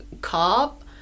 cop